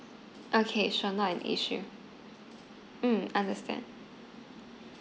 okay sure not an issue mm understand